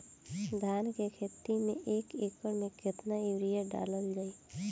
धान के खेती में एक एकड़ में केतना यूरिया डालल जाई?